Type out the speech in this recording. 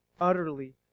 Utterly